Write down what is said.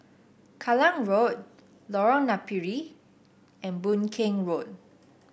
Kallang Road Lorong Napiri and Boon Keng Road